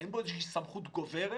אין בו איזושהי סמכות גוברת,